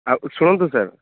ଆଉ ଶୁଣନ୍ତୁ ସାର